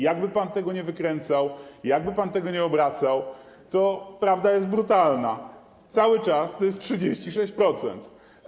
Jak by pan tego nie wykręcał, jak by pan tego nie obracał, to prawda jest brutalna: cały czas to jest 36%.